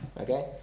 Okay